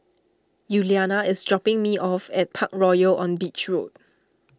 Yuliana is dropping me off at Parkroyal on Beach Road